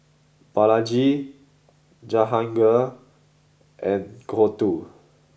Balaji Jahangir and Gouthu